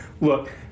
Look